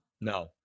No